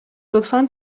لطفا